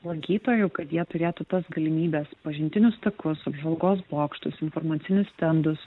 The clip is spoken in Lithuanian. lankytojų kad jie turėtų tas galimybes pažintinius takus apžvalgos bokštus informacinius stendus